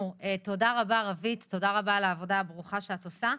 תודה רבה רווית ותודה רבה לך על העבודה הברוכה שאת עושה.